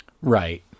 right